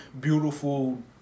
beautiful